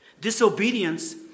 Disobedience